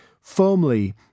firmly